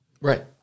Right